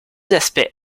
aspects